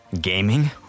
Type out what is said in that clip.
Gaming